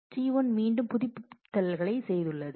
T1 மீண்டும் புதுப்பிப்புகளைச் செய்துள்ளது